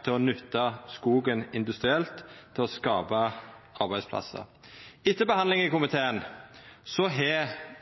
til å nytta skogen industrielt til å skapa arbeidsplassar. Etter behandlinga i komiteen har